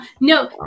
no